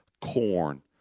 corn